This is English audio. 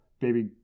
baby